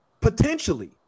potentially